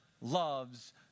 loves